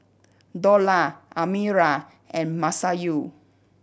Dollah Amirah and Masayu